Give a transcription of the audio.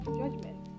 judgment